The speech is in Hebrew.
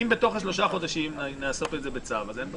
אם בשלושה חודשים נוסיף את זה בצו, אין בעיה.